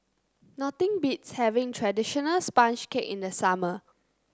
nothing beats having traditional sponge cake in the summer